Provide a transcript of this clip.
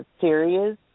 serious